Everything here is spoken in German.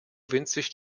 winzig